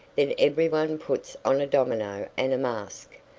then every one puts on a domino and a mask,